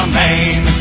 main